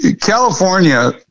California